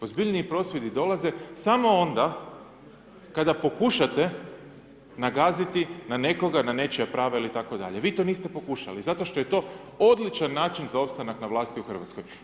Ozbiljniji prosvjedi dolaze samo onda kada pokušate nagaziti na nekoga, na nečija prava ili tako dalje, vi to niste pokušali, zato što je to odličan način za ostanak na vlasti u Hrvatskoj.